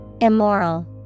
Immoral